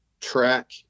track